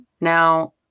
Now